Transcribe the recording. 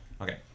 Okay